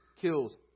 kills